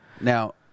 Now